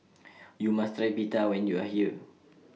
YOU must Try Pita when YOU Are here